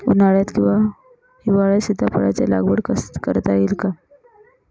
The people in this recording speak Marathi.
उन्हाळ्यात किंवा हिवाळ्यात सीताफळाच्या लागवड करता येईल का?